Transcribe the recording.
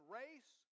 race